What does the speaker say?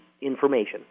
information